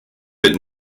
but